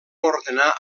ordenar